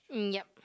um yup